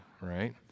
right